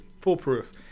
foolproof